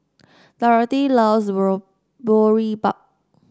Dorothy loves Boribap